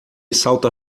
salta